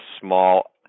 small